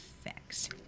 effects